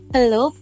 Hello